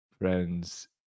friends